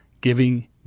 giving